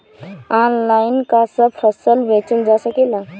Online का सब फसल बेचल जा सकेला?